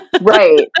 Right